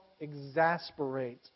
exasperate